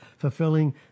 Fulfilling